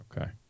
Okay